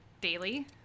daily